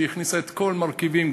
שהכניסה את כל המרכיבים,